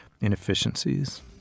inefficiencies